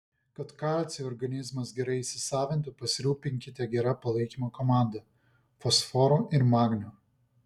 kad kalcį organizmas gerai įsisavintų pasirūpinkite gera palaikymo komanda fosforu ir magniu